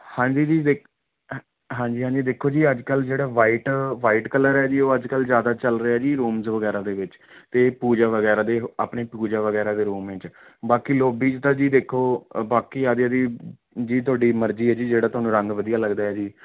ਹਾਂਜੀ ਜੀ ਦੇ ਅ ਹਾਂਜੀ ਹਾਂਜੀ ਦੇਖੋ ਜੀ ਅੱਜ ਕੱਲ੍ਹ ਜਿਹੜਾ ਵਾਈਟ ਵਾਈਟ ਕਲਰ ਹੈ ਜੀ ਉਹ ਅੱਜ ਕੱਲ੍ਹ ਜ਼ਿਆਦਾ ਚੱਲ ਰਿਹਾ ਜੀ ਰੂਮਸ ਵਗੈਰਾ ਦੇ ਵਿੱਚ ਅਤੇ ਪੂਜਾ ਵਗੈਰਾ ਦੇ ਆਪਣੇ ਪੂਜਾ ਵਗੈਰਾ ਦੇ ਰੂਮ ਵਿੱਚ ਬਾਕੀ ਲੋਬੀ 'ਚ ਤਾਂ ਜੀ ਦੇਖੋ ਬਾਕੀ ਆਹ ਜਿਹੜੀ ਜੀ ਤੁਹਾਡੀ ਮਰਜ਼ੀ ਹੈ ਜੀ ਜਿਹੜਾ ਤੁਹਾਨੂੰ ਰੰਗ ਵਧੀਆ ਲੱਗਦਾ ਹੈ ਜੀ